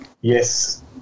Yes